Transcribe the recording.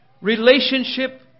relationship